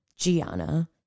Gianna